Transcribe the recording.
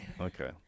Okay